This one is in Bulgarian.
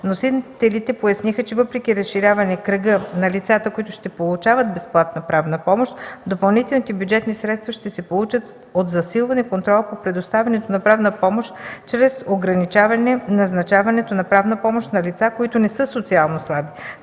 Вносителите поясниха, че въпреки разширяване кръга на лицата, които ще получават безплатна правна помощ, допълнителните бюджетни средства ще се получат от засилване контрола по предоставянето на правна помощ чрез ограничаване назначаването на правна помощ на лица, които не са социално слаби.